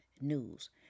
news